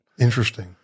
Interesting